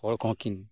ᱦᱚᱲ ᱠᱚᱦᱚᱸ ᱠᱤᱱ